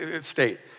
state